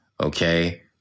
Okay